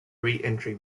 reentry